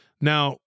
Now